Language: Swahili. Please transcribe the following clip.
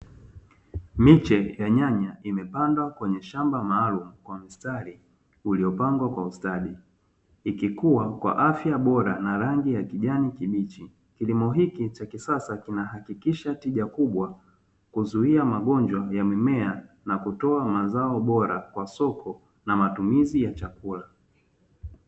Miche ya nyanya imepandwa kwenye shamba maalumu kwa mstari, uliopangwa kwa ustadi ikikuwa kwa afya bora na rangi ya kijani kibichi. Kilimo hiki cha kisasa kina hakikisha tija kubwa kuzuia magonjwa ya mimea na kutoa mazao bora kwa soko na matumizi ya chakula.